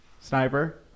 Sniper